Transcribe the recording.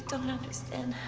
don't understand.